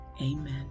Amen